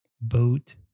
boat